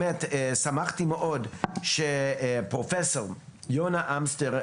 שמחתי מאוד שפרופסור יונה אמסטר,